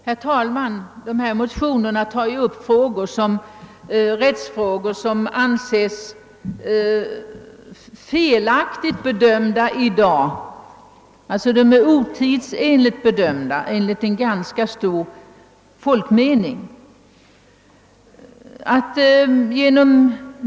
Herr talman! De ifrågavarande motinerna tar upp rättsfrågor som i dag anses otidsenligt bedömda enligt en ganska utbredd uppfattning hos allmänheten.